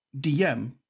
DM